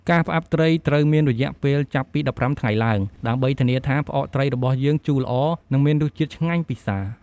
ការផ្អាប់ត្រីត្រូវមានរយៈពេលចាប់ពី១៥ថ្ងៃឡើង ដើម្បីធានាថា ផ្អកត្រីរបស់យើងជូរល្អ និងមានរសជាតិឆ្ងាញ់ពិសា។